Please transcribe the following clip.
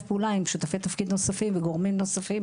פעולה עם שותפי תפקיד נוספים ועם גורמים נוספים,